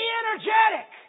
energetic